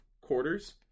quarters